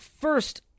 first